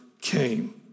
came